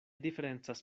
diferencas